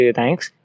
thanks